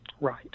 Right